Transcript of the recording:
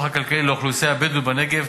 הכלכליים לאוכלוסייה הבדואית בנגב,